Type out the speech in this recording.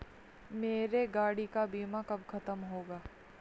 मेरे गाड़ी का बीमा कब खत्म होगा?